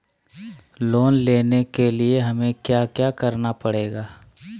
Loan लेने के लिए हमें क्या क्या करना पड़ेगा?